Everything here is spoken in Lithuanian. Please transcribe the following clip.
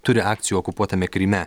turi akcijų okupuotame kryme